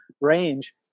range